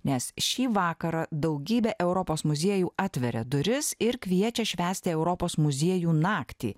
nes šį vakarą daugybė europos muziejų atveria duris ir kviečia švęsti europos muziejų naktį